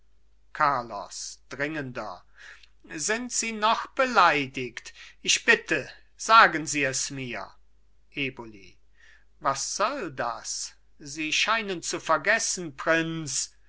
carlos dringender sind sie noch beleidigt ich bitte sagen sie es mir eboli was soll das sie scheinen zu vergessen prinz